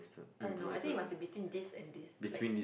uh no I think it must be between this and this like